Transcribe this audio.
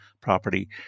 property